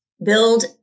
build